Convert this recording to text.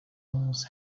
almost